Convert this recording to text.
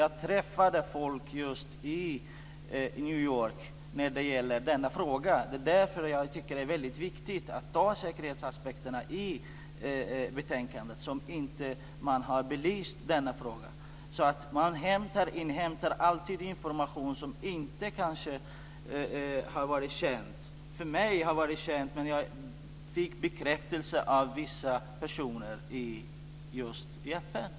Jag träffade folk i New York när det gäller denna fråga. Det är därför som jag tycker att säkerhetsaspekterna borde ha funnits med i betänkandet, men de har inte blivit belysta. Man inhämtar alltid information som inte har varit känd, och jag fick bekräftelse av vissa personer i FN.